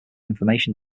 information